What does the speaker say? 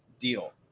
deal